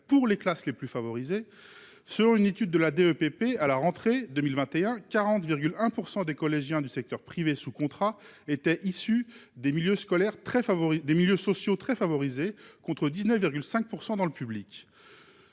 pour les classes les plus favorisées. Selon une étude de la DEP à la rentrée 2021 40,1 % des collégiens du secteur privé sous contrat était issu des milieux scolaires très favori des milieux sociaux très favorisés contre 19,5% dans le public.